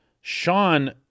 Sean